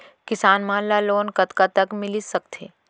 किसान मन ला लोन कतका तक मिलिस सकथे?